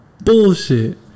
bullshit